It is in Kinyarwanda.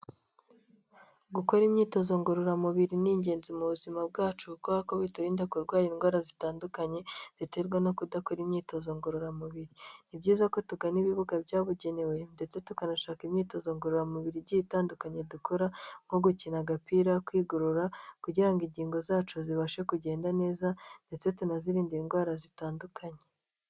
Gukora imyitozo ngororamubiri ni ingenzi mu buzima bwacu, kuko biturinda kurwara indwara zitandukanye ziterwa no kudakora imyitozo ngororamubiri, ni byiza ko tugana ibibuga byabugenewe ndetse tukanashaka imyitozo ngororamubiri igiye itandukanye dukora: nko gukina agapira, kwigorora kugira ngo ingingo zacu zibashe kugenda neza ndetse tunazirinda indwara zitandukanye.